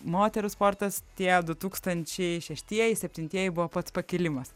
moterų sportas tie du tūkstančiai šeštieji septintieji buvo pats pakilimas